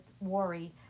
worry